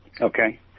Okay